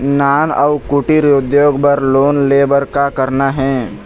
नान अउ कुटीर उद्योग बर लोन ले बर का करना हे?